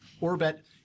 orbit